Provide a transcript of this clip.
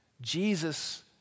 Jesus